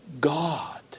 God